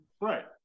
Right